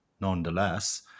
nonetheless